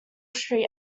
street